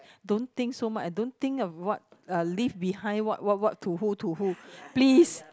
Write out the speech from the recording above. don't think so much and don't think of what uh leave behind what what what to who to who please